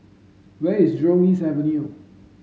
where is Jurong East Avenue